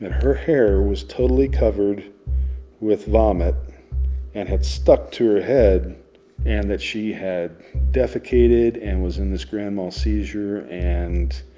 her hair was totally covered with vomit and had stuck to her head and that she had defecated and was in this grand mal seizure. and.